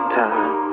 time